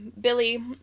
Billy